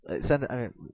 send